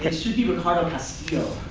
should be ricardo castillo.